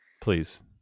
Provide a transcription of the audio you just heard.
Please